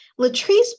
Latrice